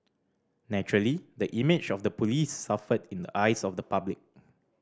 naturally the image of the police suffered in the eyes of the public